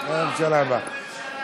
הממשלה הבאה.